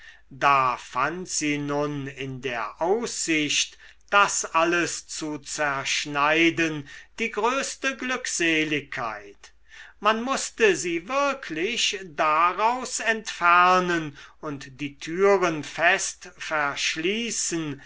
da fand sie nun in der aussicht das alles zu zerschneiden die größte glückseligkeit man mußte sie wirklich daraus entfernen und die türen fest verschließen